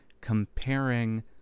comparing